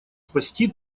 спасти